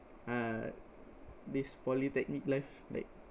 uh this polytechnic life like